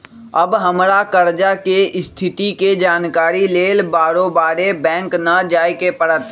अब हमरा कर्जा के स्थिति के जानकारी लेल बारोबारे बैंक न जाय के परत्